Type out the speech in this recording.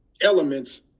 elements